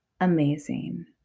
amazing